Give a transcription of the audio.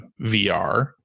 VR